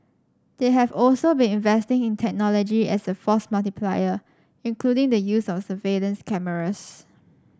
they have also been investing in technology as a force multiplier including the use of surveillance cameras